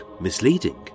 misleading